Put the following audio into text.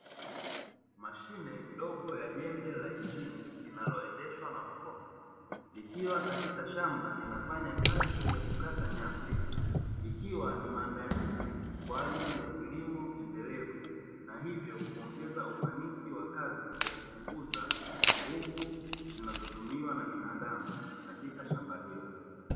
Mashine ndogo ya jembe la injini linaloendeshwa na mkono. Likiwa katika shamba linafanya kazi ya kukata nyasi, ikiwa ni maandalizi kwa ajili ya kilimo endelevu na hivyo kuongeza ufanisi wa kazi, kwa kupunguza nguvu zinazotumiwa na binadamu katika shamba hilo.